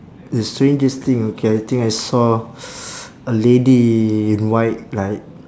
the strangest thing okay I think I saw a lady in white like